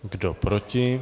Kdo proti?